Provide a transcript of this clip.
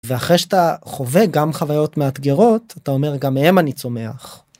ואחרי שאתה חווה גם חוויות מאתגרות, אתה אומר, גם מהן אני צומח.